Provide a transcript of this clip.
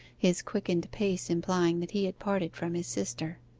his quickened pace implying that he had parted from his sister.